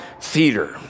theater